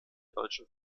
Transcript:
deutschen